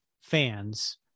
fans